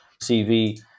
CV